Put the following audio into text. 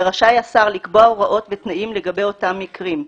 ורשאי השר לקבוע הוראות ותנאים לגבי אותם מקרים.